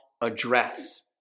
address